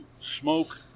smoke